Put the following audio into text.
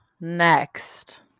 Next